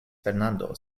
fernando